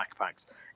backpacks